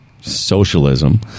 socialism